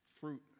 Fruit